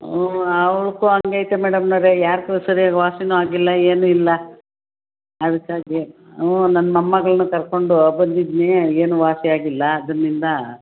ಹ್ಞೂ ಆ ಉಳುಕು ಹಾಗೆ ಐತೆ ಮೇಡಮ್ನವ್ರೆ ಯಾಕೋ ಸರ್ಯಾಗಿ ವಾಸಿನೂ ಆಗಿಲ್ಲ ಏನು ಇಲ್ಲ ಅದಕ್ಕಾಗಿ ಹ್ಞೂ ನನ್ನ ಮೊಮ್ಮಗಳನ್ನೂ ಕರ್ಕೊಂಡು ಬಂದಿದಿನಿ ಏನು ವಾಸಿ ಆಗಿಲ್ಲ ಅದರ್ನಿಂದ